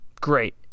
Great